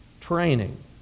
training